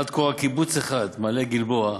עד כה רק קיבוץ אחד, מעלה-גלבוע,